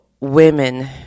women